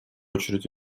очередь